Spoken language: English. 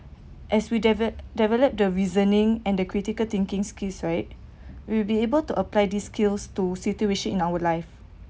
as we deve~ develop the reasoning and the critical thinking skills right we will be able to apply the skills to situation in our life